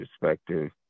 perspective